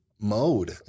mode